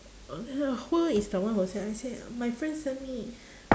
who is the one who send I said my friend send me